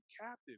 captive